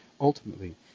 Ultimately